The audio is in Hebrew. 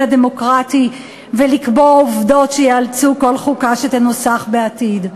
הדמוקרטי ולקבוע עובדות שיאלצו כל חוקה שתנוסח בעתיד.